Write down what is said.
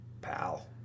Pal